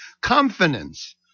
confidence